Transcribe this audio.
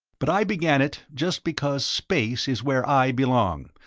but i began it just because space is where i belong,